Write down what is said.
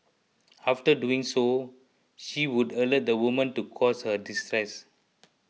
after doing so she would alert the woman to cause her distress